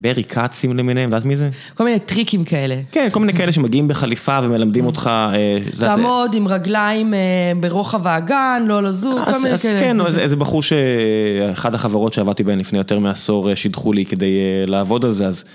ברי קצים למיניהם, את יודעת מי זה? כל מיני טריקים כאלה. כן, כל מיני כאלה שמגיעים בחליפה ומלמדים אותך אה.. לעמוד עם רגליים ברוחב האגן, לא לזוז, כל מיני כאלה. אז כן, איזה בחור שאחד החברות שעבדתי בהן לפני יותר מעשור שידכו לי כדי לעבוד על זה, אז...